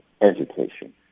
education